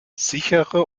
sichere